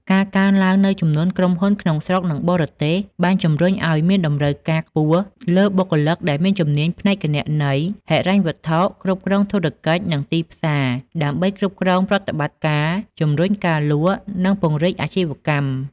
ការកើនឡើងនូវចំនួនក្រុមហ៊ុនក្នុងស្រុក និងបរទេស បានជំរុញឱ្យមានតម្រូវការខ្ពស់លើបុគ្គលិកដែលមានជំនាញផ្នែកគណនេយ្យ ហិរញ្ញវត្ថុ គ្រប់គ្រងធុរកិច្ច និងទីផ្សារ ដើម្បីគ្រប់គ្រងប្រតិបត្តិការ ជំរុញការលក់ និងពង្រីកអាជីវកម្ម។